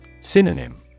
Synonym